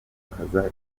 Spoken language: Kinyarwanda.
gutakaza